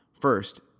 First